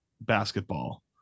basketball